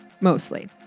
mostly